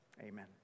Amen